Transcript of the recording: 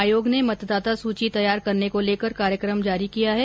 आयोग ने मतदाता सूची तैयार करने को लेकर कार्यक्रम जारी किया है